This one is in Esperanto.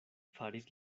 faris